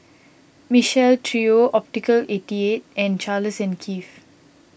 Michael Trio Optical eighty eight and Charles and Keith